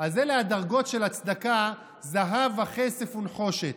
אז אלה הדרגות של הצדקה: זהב וכסף ונחושת.